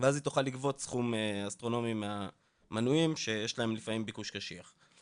ואז היא תוכל לגבות סכום אסטרונומי מהמנויים שיש להם לפעמים ביקוש קשיח.